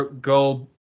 go